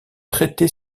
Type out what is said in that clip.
traiter